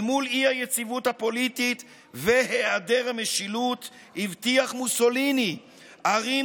אל מול האי-יציבות הפוליטית והיעדר המשילות הבטיח מוסוליני הרים